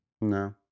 No